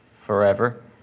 forever